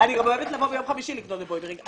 אני גם אוהבת לבוא ביום חמישי לקנות בבני ברק.